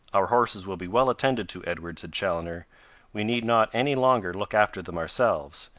our horses will be well attended to, edward, said chaloner we need not any longer look after them ourselves.